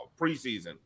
preseason